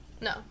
No